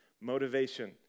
motivation